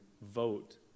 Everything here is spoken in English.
vote